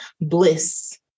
bliss